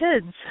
kids